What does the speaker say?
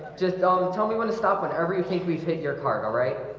just um tell me when to stop whenever you can't reach make your car go, right?